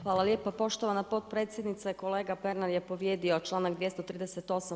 Hvala lijepa poštovana potpredsjednice, kolega Pernar je povrijedio članak 238.